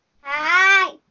hi